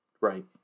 Right